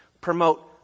promote